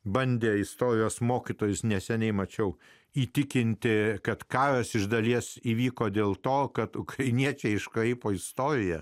bandė istorijos mokytojus neseniai mačiau įtikinti kad karas iš dalies įvyko dėl to kad ukrainiečiai iškraipo istoriją